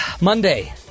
Monday